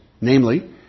namely